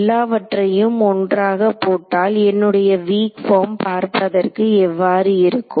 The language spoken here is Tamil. எல்லாவற்றையும் ஒன்றாக போட்டால் என்னுடைய வீக் பார்ம் பார்ப்பதற்கு எவ்வாறு இருக்கும்